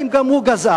האם גם הוא גזען?